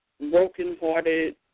brokenhearted